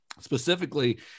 specifically